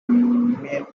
man